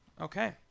Okay